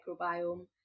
microbiome